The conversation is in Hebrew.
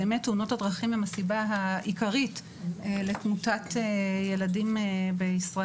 באמת תאונות הדרכים הן הסיבה העיקרית לתמותת ילדים בישראל.